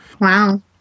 Wow